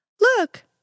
Look